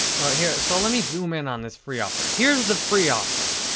all right, here. so let me zoom in on this free offer. here's the free offer.